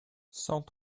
cent